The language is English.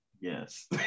Yes